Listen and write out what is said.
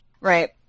Right